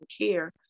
care